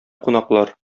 кунаклар